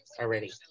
already